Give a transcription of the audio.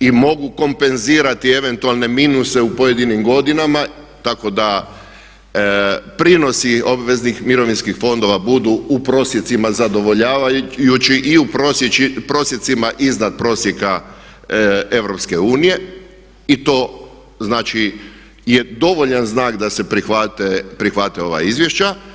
i mogu kompenzirati eventualne minuse u pojedinim godinama tako da prinosi obveznih mirovinskih fondova budu u prosjecima zadovoljavajući i u prosjecima iznad prosjeka EU i to znači je dovoljan znak da se prihvate ova izvješća.